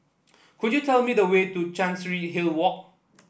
could you tell me the way to Chancery Hill Walk